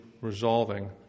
resolving